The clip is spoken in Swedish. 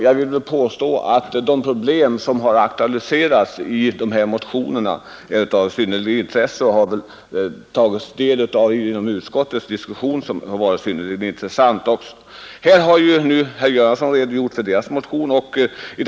Jag vill alltså påstå att det som har aktualiserats av motionärerna är av synnerligen stort intresse, och jag tycker att det som utskottet skriver också är synnerligen intressant. Herr Göransson har redogjort för den socialdemokratiska motionen.